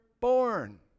born